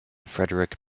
frederick